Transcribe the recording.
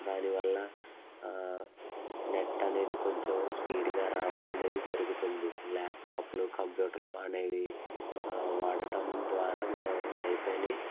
దానివల్ల నెట్ అనేది కొంచెం స్పీడ్గా రావడం అనేది జరుగుతుంది ల్యాప్టాప్లు కంప్యూటర్లు అనేవి వాడటం ద్వారా మనం వైఫైని